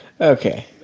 Okay